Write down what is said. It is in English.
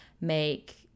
make